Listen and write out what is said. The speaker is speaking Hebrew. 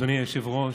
אדוני היושב-ראש,